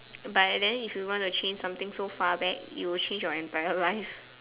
but and then if you want to change something so far back you will change your entire life